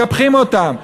מקפחים אותם.